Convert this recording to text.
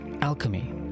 alchemy